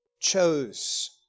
chose